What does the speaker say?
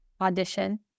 audition